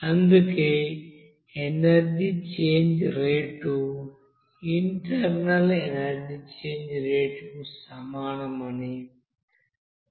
అందుకే energy change rate internal energy change రేటుకు సమానం అని వ్రాస్తాము